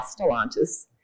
Stellantis